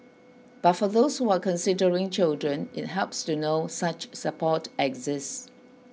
but for those who are considering children it helps to know such support exists